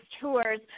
tours